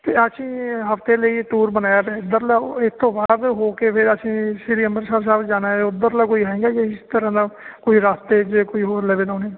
ਕਿ ਅਸੀਂ ਹਫਤੇ ਲਈ ਟੂਰ ਬਣਾਇਆ ਅਤੇ ਇੱਧਰਲਾ ਉਹ ਇਸ ਤੋਂ ਬਾਅਦ ਹੋ ਕੇ ਫਿਰ ਅਸੀਂ ਸ਼੍ਰੀ ਅੰਮ੍ਰਿਤਸਰ ਸਾਹਿਬ ਜਾਣਾ ਉੱਧਰਲਾ ਕੋਈ ਹੈਗਾ ਇਸ ਤਰ੍ਹਾਂ ਦਾ ਕੋਈ ਰਸਤੇ 'ਚ ਜੇ ਕੋਈ ਹੋਰ ਲਵੇ ਲਾਉਣੇ